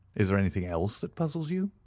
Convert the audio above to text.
is there anything else that puzzles you?